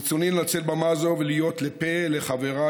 ברצוני לנצל במה זו ולהיות לפה לחבריי